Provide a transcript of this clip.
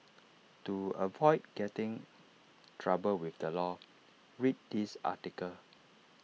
to avoid getting trouble with the law read this article